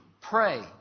pray